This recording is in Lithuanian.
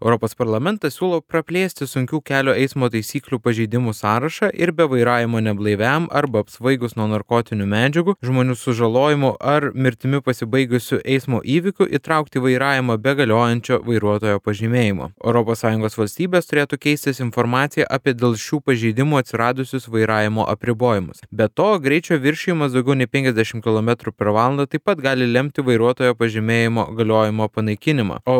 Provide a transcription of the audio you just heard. europos parlamentas siūlo praplėsti sunkių kelio eismo taisyklių pažeidimų sąrašą ir be vairavimo neblaiviam arba apsvaigus nuo narkotinių medžiagų žmonių sužalojimo ar mirtimi pasibaigusių eismo įvykių įtraukti vairavimą be galiojančio vairuotojo pažymėjimo europos sąjungos valstybės turėtų keistis informacija apie dėl šių pažeidimų atsiradusius vairavimo apribojimus be to greičio viršijimas daugiau nei penkiasdešimt kilometrų per valandą taip pat gali lemti vairuotojo pažymėjimo galiojimo panaikinimą o